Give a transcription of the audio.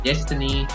Destiny